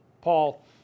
Paul